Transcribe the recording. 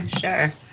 Sure